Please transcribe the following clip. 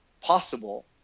possible